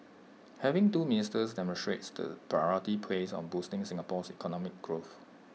having two ministers demonstrates the priority placed on boosting Singapore's economic growth